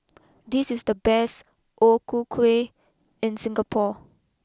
this is the best O Ku Kueh in Singapore